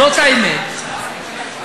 זאת האמת,